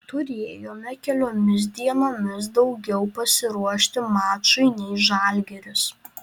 turėjome keliomis dienomis daugiau pasiruošti mačui nei žalgiris